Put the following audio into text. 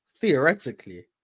Theoretically